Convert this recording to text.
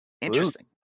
Interesting